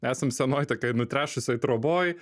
esam senoj tokioj nutrešusioj troboj